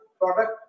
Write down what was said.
product